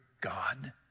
God